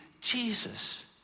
Jesus